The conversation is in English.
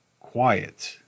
quiet